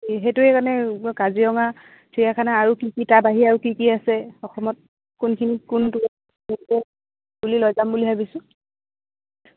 সেইটোৱেই মানে কাজিৰঙা চিৰিয়াখানা আৰু কি কি তাৰ বাহিৰে আৰু কি কি আছে অসমত কোনখিনি কোন তুলি লৈ যাম বুলি ভাবিছোঁ